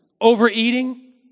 Overeating